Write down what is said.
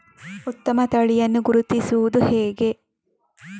ಉತ್ತಮ ತಳಿಯನ್ನು ಗುರುತಿಸುವುದು ಹೇಗೆ?